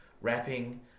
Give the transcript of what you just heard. rapping